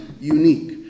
unique